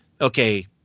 okay